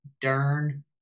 Dern